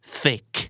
thick